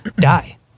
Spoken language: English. die